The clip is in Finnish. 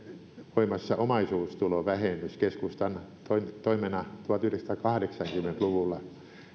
voimassa omaisuustulovähennys keskustan toimena tuhatyhdeksänsataakahdeksankymmentä luvulla